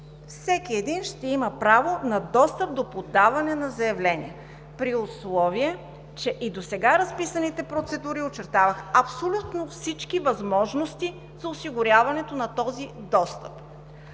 Всеки един ще има право на достъп за подаване на заявление, при условие че и досега разписаните процедури очертаваха абсолютно всички възможности за осигуряването на този достъп.